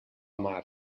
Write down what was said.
mar